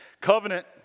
Covenant